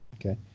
Okay